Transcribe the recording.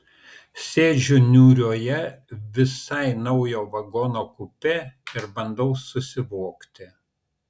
sėdžiu niūrioje visai naujo vagono kupė ir bandau susivokti